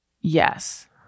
Yes